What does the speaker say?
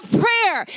prayer